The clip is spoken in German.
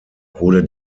wurde